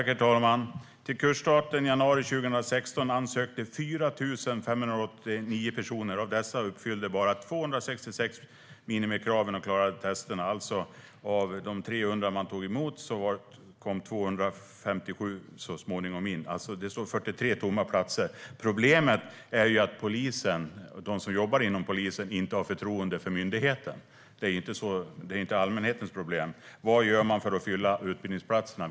Herr talman! Till kursstarten i januari 2016 ansökte 4 589 personer. Av dessa uppfyllde bara 266 minimikraven och klarade testerna. Man hade 300 platser, men bara 257 kom in. Det stod alltså 43 platser tomma. Problemet är att de som jobbar inom polisen inte har förtroende för myndigheten. Det är ju inte allmänhetens problem. Vad gör man för att fylla utbildningsplatserna?